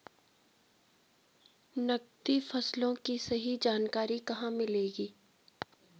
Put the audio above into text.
नकदी फसलों की सही जानकारी कहाँ मिलेगी?